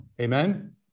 Amen